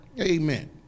Amen